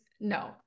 no